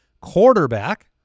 quarterback